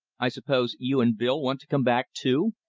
i suppose you and bill want to come back, too?